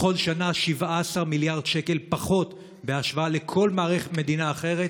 בכל שנה 17 מיליארד שקל פחות בהשוואה לכל מדינה אחרת